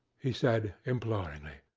he said, imploringly.